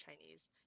Chinese